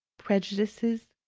prejudices,